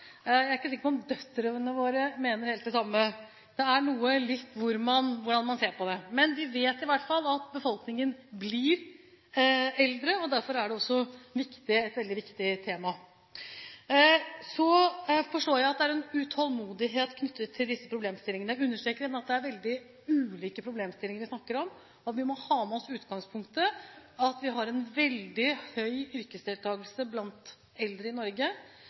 Jeg er ikke sikker på om døtrene våre mener helt det samme – det har litt å gjøre med hvordan man ser på det. Vi vet i hvert fall at befolkningen blir eldre, og derfor er dette et veldig viktig tema. Jeg forstår at det er en utålmodighet knyttet til disse problemstillingene. Jeg understreker igjen at det er veldig ulike problemstillinger vi snakker om, og at vi må ha med oss utgangspunktet: at vi har en veldig høy yrkesdeltakelse blant eldre i Norge,